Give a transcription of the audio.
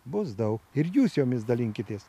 bus daug ir jūs jomis dalinkitės